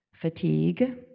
fatigue